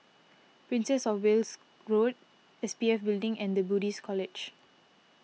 Princess of Wales Road S P F Building and the Buddhist College